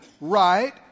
Right